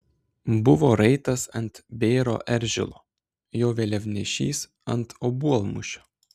buvo raitas ant bėro eržilo jo vėliavnešys ant obuolmušio